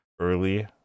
early